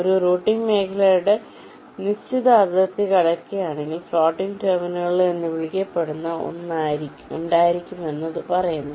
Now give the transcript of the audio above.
ഒരു റൂട്ടിംഗ് മേഖലയുടെ നിശ്ചിത അതിർത്തി കടക്കുകയാണെങ്കിൽ ഫ്ലോട്ടിംഗ് ടെർമിനലുകൾ എന്ന് വിളിക്കപ്പെടുന്ന ഒന്ന് ഉണ്ടായിരിക്കുമെന്ന് അത് പറയുന്നു